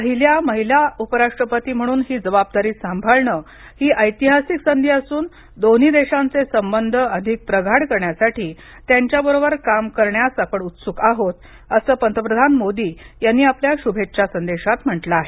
पहिल्या महिला उपराष्ट्रपती म्हणून ही जबाबदारी संभाळण ही ऐतिहासिक संधी असून दोन्ही देशांचे संबंध अधिक प्रगाढ करण्यासाठी त्यांच्या बरोबर काम करण्यास आपण उत्सुक आहोत असं पंतप्रधान मोदी यांनी आपल्या शुभेच्छा संदेशात म्हटल आहे